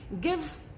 give